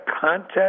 content